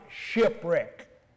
shipwreck